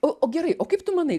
o o gerai o kaip tu manai